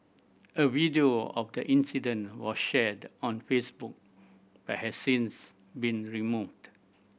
a video of the incident was shared on Facebook but has since been removed